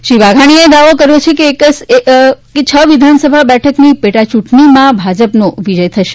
શ્રી વાઘાણીએ દાવો કર્યો છે કે છ વિધાનસભા બેઠકની પેટાચૂંટણીમાં ભાજપનો વિજય થશે